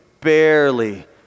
barely